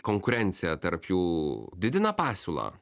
konkurencija tarp jų didina pasiūlą